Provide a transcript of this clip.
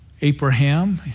Abraham